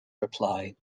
reply